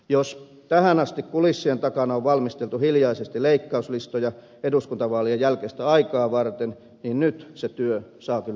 jos tähän asti kulissien takana on valmisteltu hiljaisesti leikkauslistoja eduskuntavaalien jälkeistä aikaa varten niin nyt se työ saa kyllä lisää vauhtia